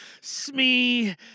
Smee